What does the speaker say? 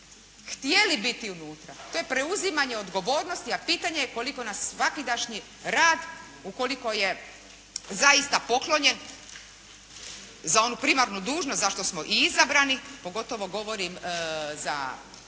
htjeli biti unutra. To je preuzimanje odgovornosti a pitanje je koliko nas svakidašnji rad ukoliko je zaista poklonjen za onu primarnu dužnost za što smo i izabrani, pogotovo govorim za